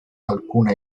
alcuna